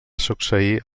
succeir